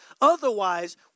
Otherwise